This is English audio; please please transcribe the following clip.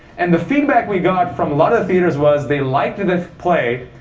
and the feedback we got from lot of theaters was they liked the play,